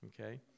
Okay